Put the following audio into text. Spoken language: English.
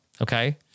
okay